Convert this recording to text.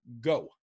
go